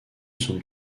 son